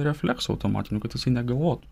refleksu automatiniukad jisai negalvotų